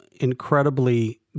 incredibly